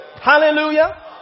Hallelujah